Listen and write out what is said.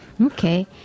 Okay